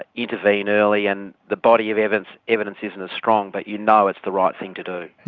ah intervene early and the body of evidence evidence isn't as strong but you know it's the right thing to do.